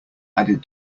added